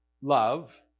love